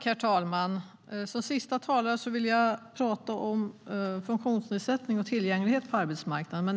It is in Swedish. Herr talman! Jag vill prata om funktionsnedsättning och tillgänglighet på arbetsmarknaden.